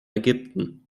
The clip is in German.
ägypten